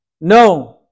No